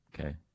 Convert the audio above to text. okay